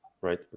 right